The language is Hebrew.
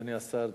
אדוני השר,